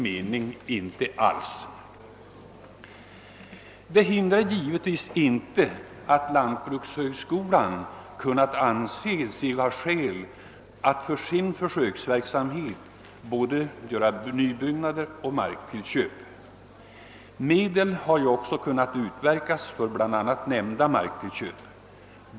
Dessa förhållanden hindrar givetvis inte att lantbrukshögskolan kunnat anse sig ha skäl att för sin försöksverksamhet göra både nybyggnader och markinköp. Medel har kunnat utverkas för bl a. nämnda marktillköp.